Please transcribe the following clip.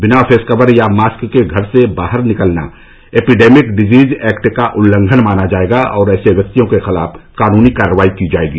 बिना face cover या mask के घर से बाहर निकलना एपिडेमिक डिजीज एक्ट का उल्लंघन माना जायेगा और ऐसे व्यक्तियों के खिलाफ कानूनी कार्रवाई की जायेगी